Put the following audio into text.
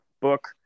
book